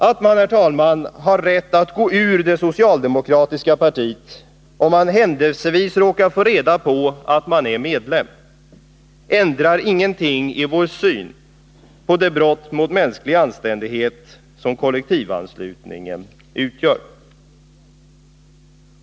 Att man, herr talman, har rätt att gå ur det socialdemokratiska partiet, om man händelsevis råkar få reda på att man är medlem, ändrar ingenting i vår syn på det brott mot mänsklig anständighet som kollektivanslutningen utgör.